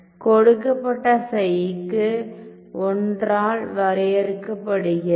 கொடுக்கப்பட்ட ψ க்கு I ஆல் வரையறுக்கப்படுகிறது